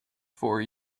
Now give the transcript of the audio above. for